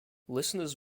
listeners